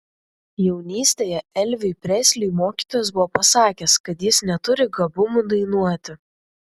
jaunystėje elviui presliui mokytojas buvo pasakęs kad jis neturi gabumų dainuoti